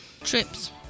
Trips